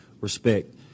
respect